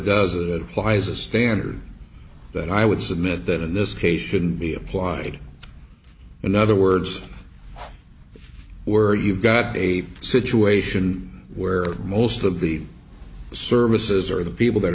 is a standard that i would submit that in this case shouldn't be applied in other words were you've got a situation where most of the services or the people that